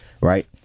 right